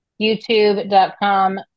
YouTube.com